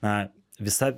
na visa